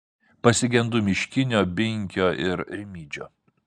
pasigendu miškinio binkio ir rimydžio